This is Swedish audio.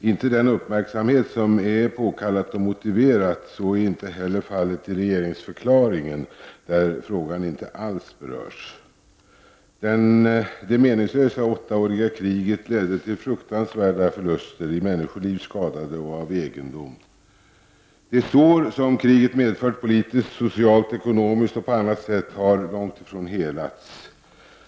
inte den uppmärksamhet som är påkallad och motiverad. Så är heller inte fallet i regeringsförklaringen, där frågan inte alls berörs. Det meningslösa, åttaåriga kriget ledde till fruktansvärda förluster i dödade och skadade och förstörd egendom. De sår som kriget medfört politiskt, socialt, ekonomiskt och på annat sätt har långt ifrån helats.